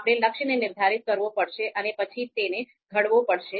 આપણે લક્ષ્ય ને નિર્ધારિત કરવો પડશે અને પછી તેને ઘડવો પડશે